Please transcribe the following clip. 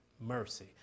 mercy